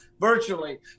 virtually